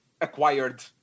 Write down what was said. acquired